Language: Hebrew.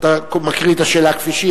אתה מקריא את השאלה כפי שהיא,